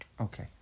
Okay